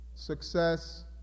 success